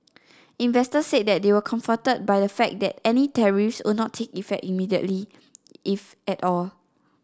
investor said they were comforted by the fact that any tariffs would not take effect immediately if at all